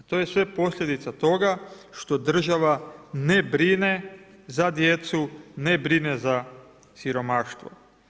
To je sve posljedica toga što država ne brine za djecu, ne brine za siromaštvo.